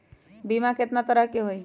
बीमा केतना तरह के होइ?